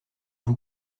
vous